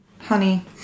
honey